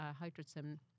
hydrogen